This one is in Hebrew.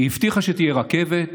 היא הבטיחה שתהיה רכבת,